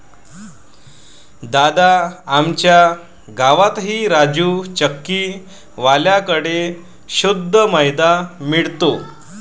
दादा, आमच्या गावातही राजू चक्की वाल्या कड़े शुद्ध मैदा मिळतो